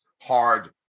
hard